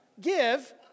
give